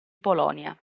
polonia